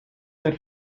ser